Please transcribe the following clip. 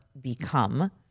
become